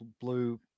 Blue